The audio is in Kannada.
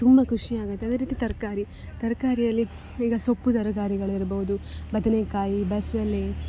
ತುಂಬ ಖುಷಿ ಆಗುತ್ತೆ ಅದೆ ರೀತಿ ತರಕಾರಿ ತರಕಾರಿಯಲ್ಲಿ ಈಗ ಸೊಪ್ಪು ತರಕಾರಿಗಳಿರ್ಬೋದು ಬದನೆಕಾಯಿ ಬಸಲೆ